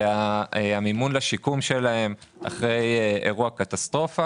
את המימון לשיקום שלהם אחרי אירוע קטסטרופה